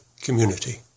community